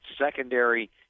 secondary